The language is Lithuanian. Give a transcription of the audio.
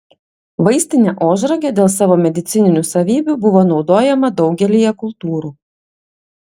vaistinė ožragė dėl savo medicininių savybių buvo naudojama daugelyje kultūrų